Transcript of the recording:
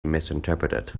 misinterpreted